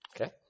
Okay